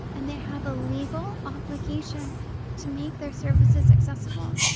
and they have a legal obligation to make their services accessible.